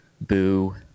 boo